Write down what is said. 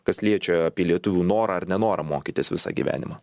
kas liečia apie lietuvių norą ar nenorą mokytis visą gyvenimą